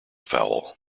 fowl